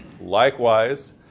Likewise